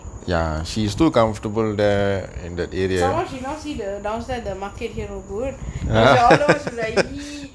some oh she know see the downstair the market here or good you should all over should lie